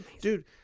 Dude